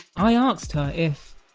i asked her if,